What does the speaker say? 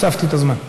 הוספתי את הזמן.